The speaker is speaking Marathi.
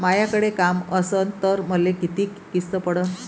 मायाकडे काम असन तर मले किती किस्त पडन?